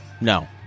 No